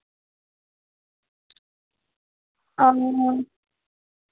हां